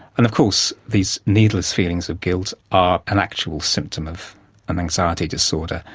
and of course these needless feelings of guilt are an actual symptom of an anxiety disorder.